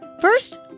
First